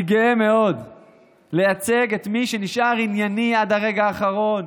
אני גאה מאוד לייצג את מי שנשאר ענייני עד הרגע האחרון,